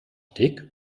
dick